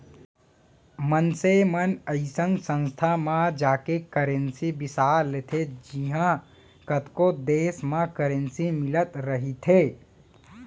मनसे मन अइसन संस्था म जाके करेंसी बिसा लेथे जिहॉं कतको देस के करेंसी मिलत रहिथे